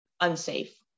unsafe